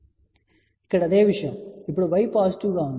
కాబట్టి ఇక్కడ అదే విషయం ఇప్పుడు Y పాజిటివ్గా ఉంది